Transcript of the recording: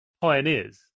pioneers